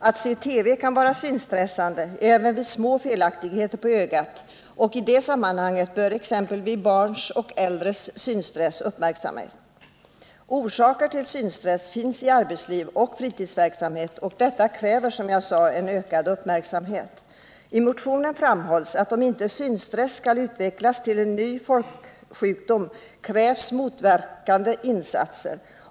Att se på TV kan vara synstressande även vid små felaktigheter på ögat, och i det sammanhanget bör barns och äldres synstress uppmärksammas. Orsaker till synstress finns i arbetsliv och fritidsverksamhet, och detta 41 kräver, som jag sade, ökad uppmärksamhet. I motionen framhålls att om inte synstress skall utvecklas till en ny folksjukdom krävs motåtgärder.